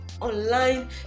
online